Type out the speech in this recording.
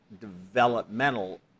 developmental